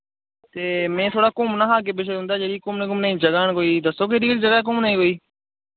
ते मैं थोह्ड़ा घुम्मना हा अग्गै पिच्छै तुंदै जेह्ड़ी घुम्मने जगहां न कोई दस्सो केह्ड़ी केह्ड़ी जगह ऐ घुमने ई कोई